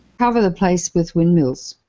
cover the place with windmills.